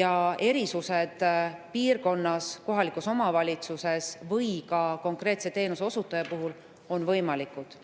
ja erisused on mõnes piirkonnas, kohalikus omavalitsuses või ka konkreetse teenuseosutaja puhul võimalikud.